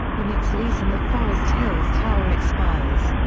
when its lease in the forest hills tower expires.